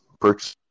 purchase